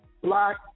black